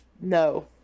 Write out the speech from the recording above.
no